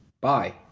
bye